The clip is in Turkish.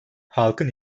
halkın